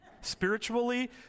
Spiritually